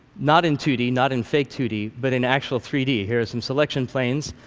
not in two d, not in fake two d, but in actual three d. here are some selection planes.